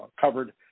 covered